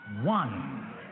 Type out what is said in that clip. one